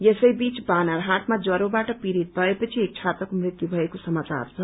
यसैबीच बानरहाटमा ज्वरोबाट पीड़ित भएपछि एक छात्राको मृत्यु भएको सामाचार छ